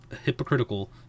hypocritical